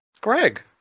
Greg